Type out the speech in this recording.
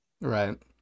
Right